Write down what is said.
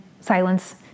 silence